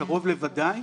קרוב לוודאי.